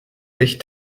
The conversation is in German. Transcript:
sich